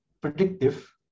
predictive